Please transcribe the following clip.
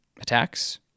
attacks